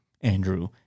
Andrew